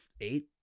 eight